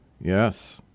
yes